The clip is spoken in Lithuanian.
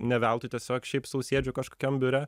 ne veltui tiesiog šiaip sau sėdžiu kažkokiam biure